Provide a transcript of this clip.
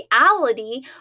reality